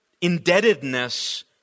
indebtedness